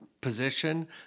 position